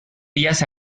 vías